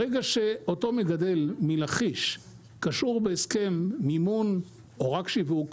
ברגע שאותו מגדל מלכיש קשור בהסכם מימון או רק שיווק,